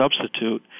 substitute